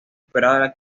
esperada